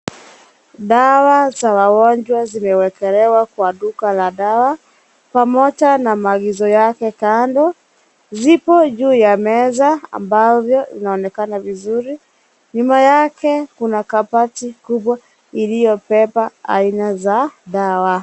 Dawa za wagonjwa zimewekelewa kwa duka la dawa, pamoja na maagizo yake kando, zipo juu ya meza ambavyo inaonekana vizuri. Nyuma yake, kuna kabati kubwa iliyobeba aina za dawa.